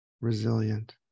resilient